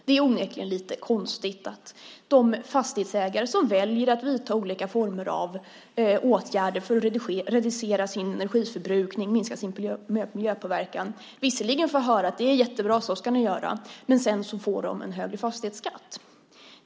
Det är onekligen lite konstigt att de fastighetsägare som väljer att vidta olika former av åtgärder för att reducera sin energiförbrukning och minska sin miljöpåverkan visserligen får höra att det är jättebra att de gör det men sedan får en högre fastighetsskatt.